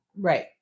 Right